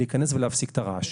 להיכנס ולהפסיק את הרעש.